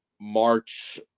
march